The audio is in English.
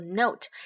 note